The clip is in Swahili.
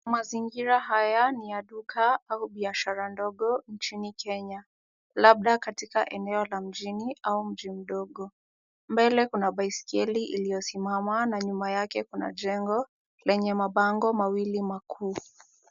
Mazingira haya ni ya duka au biashara ndogo nchini Kenya, labda katika eneo la mjini au mji mdogo. Mbele kuna baiskeli iliyosimama na nyuma yake kuna jengo lenye mabango mawili makuu.